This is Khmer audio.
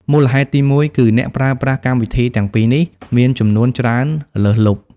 មូលហេតុទីមួយគឺ អ្នកប្រើប្រាស់កម្មវិធីទាំងពីរនេះមានចំនួនច្រើនលើសលប់។